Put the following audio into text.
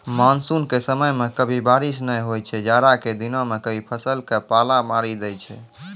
monsoon के समय मॅ कभी बारिश नाय होय छै, जाड़ा के दिनों मॅ कभी फसल क पाला मारी दै छै